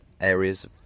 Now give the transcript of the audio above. areas